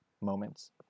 moments